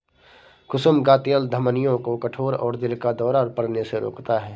कुसुम का तेल धमनियों को कठोर और दिल का दौरा पड़ने से रोकता है